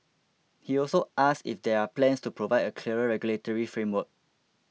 he also asked if there are plans to provide a clearer regulatory framework